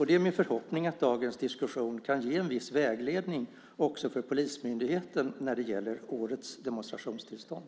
Det är min förhoppning att dagens diskussion kan ge en viss vägledning också för polismyndigheten när det gäller årets demonstrationstillstånd.